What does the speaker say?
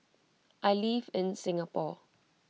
I live in Singapore